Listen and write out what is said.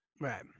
Right